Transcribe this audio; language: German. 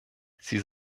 sie